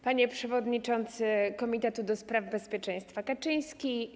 Panie Przewodniczący Komitetu do Spraw Bezpieczeństwa Kaczyński!